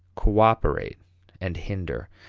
cooperate and hinder.